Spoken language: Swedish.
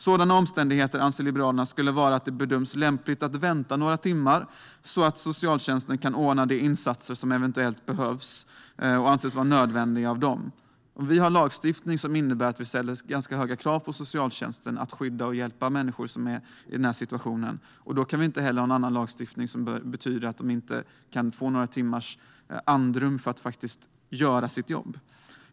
Sådana omständigheter anser Liberalerna skulle vara att det bedöms lämpligt att vänta några timmar så att socialtjänsten kan ordna de insatser som eventuellt behövs och anses vara nödvändiga. Vi har lagstiftning som innebär att vi ställer ganska höga krav på socialtjänsten att skydda och hjälpa människor i den här situationen, och då kan vi inte ha en annan lagstiftning som innebär att socialtjänsten inte kan få några timmars andrum att faktiskt göra sitt jobb.